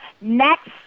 next